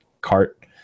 cart